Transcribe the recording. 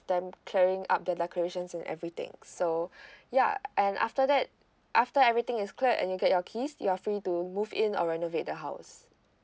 them clearing up the decorations and everything so ya and after that after everything is cleared and you get your keys you're free to move in or renovate the house